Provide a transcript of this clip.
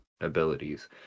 abilities